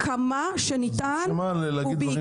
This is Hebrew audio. למה להגיד דברים